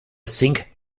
sink